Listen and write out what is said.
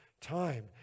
time